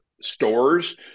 stores